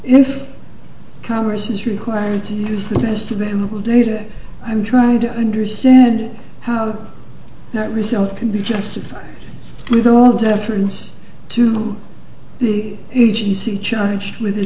if congress is required to use the best available data i'm trying to understand how that result can be justified with all deference to the agency charged with